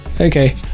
Okay